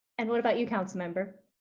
and what about you, councilmember?